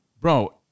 bro